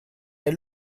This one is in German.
der